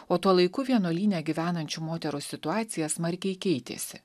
o tuo laiku vienuolyne gyvenančių moterų situacija smarkiai keitėsi